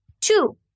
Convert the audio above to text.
Two